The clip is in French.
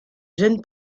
jeune